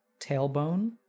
tailbone